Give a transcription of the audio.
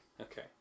Okay